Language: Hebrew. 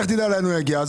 לך תדע לאן הוא יגיע.